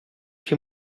que